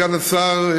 סגן השר,